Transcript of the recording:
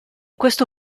questo